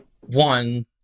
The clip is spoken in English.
One